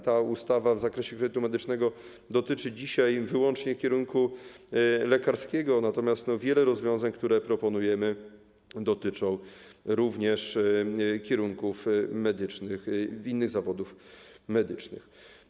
Ta ustawa w zakresie kredytu medycznego dotyczy dzisiaj wyłącznie kierunku lekarskiego, natomiast wiele rozwiązań, które proponujemy, dotyczy również kierunków medycznych i innych zawodów medycznych.